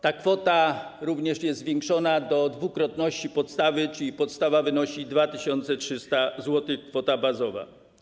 Ta kwota również jest zwiększona do dwukrotności podstawy, czyli podstawa wynosi 2300 zł, to kwota bazowa.